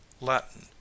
Latin